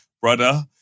Brother